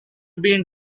being